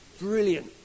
Brilliant